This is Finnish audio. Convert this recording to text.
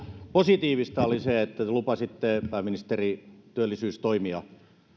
positiivista oli se että te lupasitte pääministeri työllisyystoimia